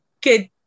good